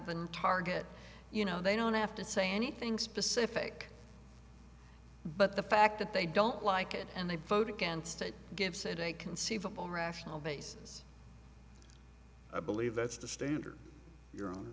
than target you know they don't have to say anything specific but the fact that they don't like it and they voted against it gives it a conceivable rational basis i believe that's the standard you're on